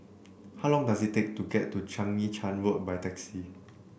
how long does it take to get to Chang Yi Charn Road by taxi